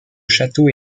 château